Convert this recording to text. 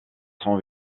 son